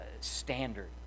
standard